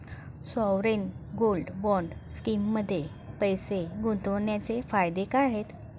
Sovereign gold bond स्कीममध्ये पैसे गुंतवण्याचे फायदे काय आहेत?